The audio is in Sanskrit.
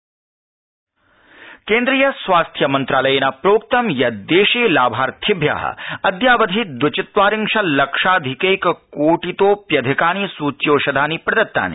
कोविड राष्टिय अपडेट केन्द्रीयस्वास्थ्यमन्त्रालयेन प्रोक्तं यत् देशे लाभार्थिभ्य अद्यावधि द्विचत्वारिंशत् लक्षाधिकैककोटितोऽप्यधिकानि सूच्यौषधानि प्रदत्तानि